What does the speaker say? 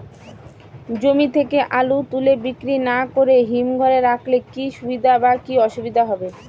জমি থেকে আলু তুলে বিক্রি না করে হিমঘরে রাখলে কী সুবিধা বা কী অসুবিধা হবে?